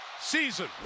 season